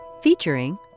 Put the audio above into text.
Featuring